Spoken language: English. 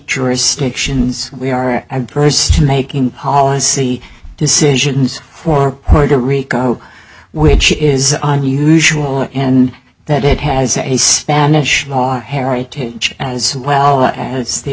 jurisdictions we are and person making policy decisions for puerto rico which is unusual in that it has a spanish law heritage as well as the